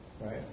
Right